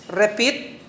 repeat